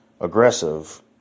aggressive